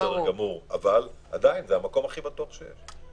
אבל עדיין זה הדבר הכי בטוח שיש.